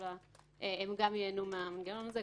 כי הם גם ייהנו מהמנגנון הזה.